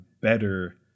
better